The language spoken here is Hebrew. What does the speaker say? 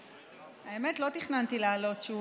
האמת, לא תכננתי לעלות שוב.